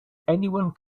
anyone